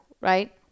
Right